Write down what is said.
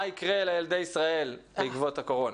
מה יקרה לילדי ישראל בעקבות הקורונה.